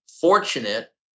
fortunate